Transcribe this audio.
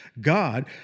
God